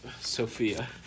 Sophia